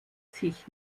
sich